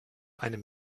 einem